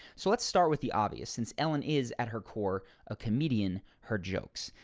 so let's start with the obvious since ellen is at her core a comedienne, her jokes.